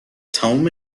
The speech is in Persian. تموم